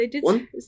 One